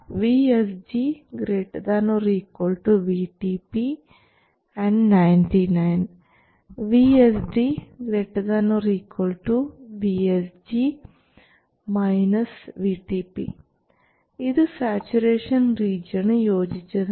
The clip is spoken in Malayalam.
VSG ≥ Vtp 99 VSD ≥ ഇത് സാച്ചുറേഷൻ റീജിയന് യോജിച്ചതാണ്